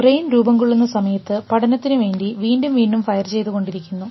brain രൂപംകൊള്ളുന്ന സമയത്ത് പഠനത്തിനുവേണ്ടി വീണ്ടും വീണ്ടും ഫയർ ചെയ്തു കൊണ്ടിരിക്കുന്നു